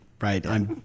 right